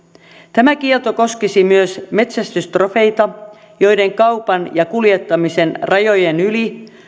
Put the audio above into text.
tämä kielto koskisi myös metsästystrofeita joiden kaupan ja kuljettamisen rajojen yli